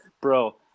Bro